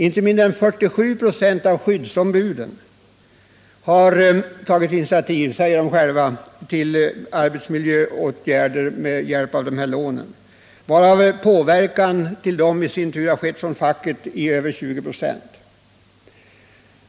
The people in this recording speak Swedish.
Inte mindre än 47 96 av skyddsombuden har, säger de själva, tagit initiativ till arbetsmiljöförbättrande åtgärder med hjälp av lånen i fråga — och av dessa har i sin tur över 20 96 påverkats från facket.